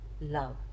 love